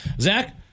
Zach